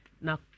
Now